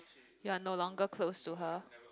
you are no longer close to her